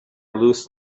loose